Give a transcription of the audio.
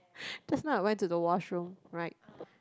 just now I went to the washroom right